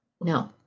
No